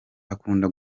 akunda